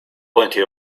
plenty